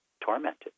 tormented